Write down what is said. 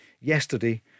yesterday